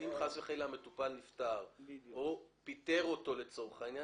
אם חס וחלילה המטופל נפטר או פיטר אותו לצורך העניין,